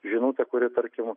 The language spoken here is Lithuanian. žinutę kuri tarkim